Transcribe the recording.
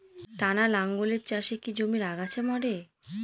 টানা লাঙ্গলের চাষে কি জমির আগাছা মরে?